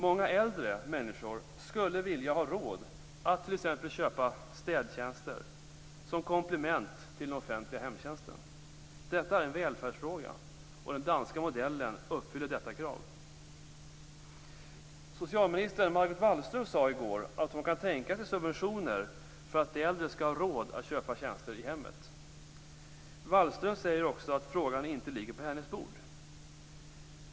Många äldre människor skulle vilja ha råd att t.ex. köpa städtjänster som komplement till den offentliga hemtjänsten. Detta är en välfärdsfråga. Den danska modellen uppfyller detta krav. Socialminister Margot Wallström sade i går att hon kan tänka sig subventioner för att de äldre skall ha råd att köpa tjänster i hemmet. Margot Wallström säger också att frågan inte ligger på hennes bord.